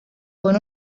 con